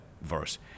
verse